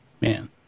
Man